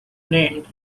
named